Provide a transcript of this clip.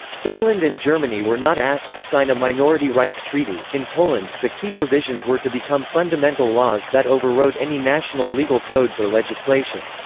finland and germany were not asked to sign a minority rights treaty in poland, the key provisions were to become fundamental laws that overrode any national legal codes or legislation.